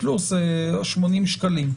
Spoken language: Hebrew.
פלוס 80 שקלים,